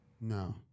No